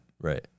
right